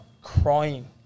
crying